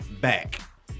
back